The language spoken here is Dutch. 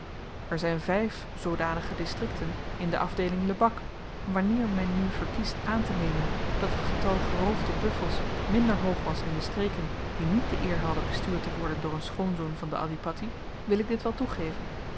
er zyn vyf zoodanige distrikten in de afdeeling lebak wanneer men nu verkiest aantenemen dat het getal geroofde buffels minder hoog was in de streken die niet de eer hadden bestuurd te worden door een schoonzoon van den adhipatti wil ik dit wel toegeven